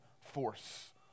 force